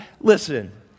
Listen